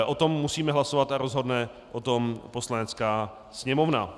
O tom musíme hlasovat a rozhodne o tom Poslanecká sněmovna.